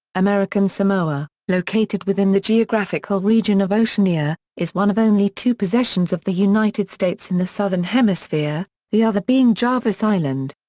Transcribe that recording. american samoa, located within the geographical region of oceania is one of only two possessions of the united states in the southern hemisphere, the other being jarvis island.